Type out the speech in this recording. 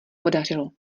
podařilo